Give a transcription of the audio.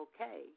okay